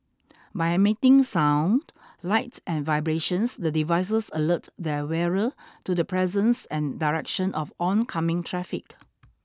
by emitting sound light and vibrations the devices alert their wearer to the presence and direction of oncoming traffic